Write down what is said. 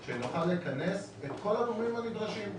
שנוכל לכנס את כל הגורמים הנדרשים.